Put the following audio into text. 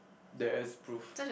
there's proof